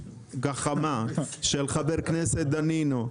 גחמה של חבר הכנסת דנינו.